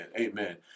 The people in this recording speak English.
Amen